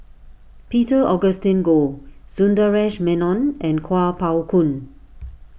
Peter Augustine Goh Sundaresh Menon and Kuo Pao Kun